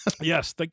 yes